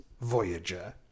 Voyager